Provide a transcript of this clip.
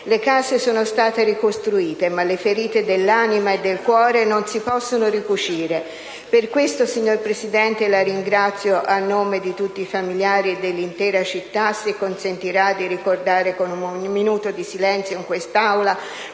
Le case sono state ricostruite, ma le ferite dell'anima e del cuore non si possono ricucire. Per questo, signora Presidente, la ringrazio a nome di tutti i familiari e dell'intera città se consentirà di ricordare con un minuto di silenzio in quest'Aula